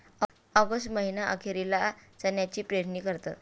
August महीना अखेरीला चण्याची पेरणी करतात